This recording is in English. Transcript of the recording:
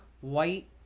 white